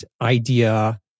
idea